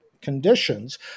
conditions